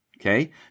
Okay